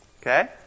okay